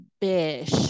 bish